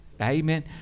Amen